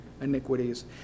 iniquities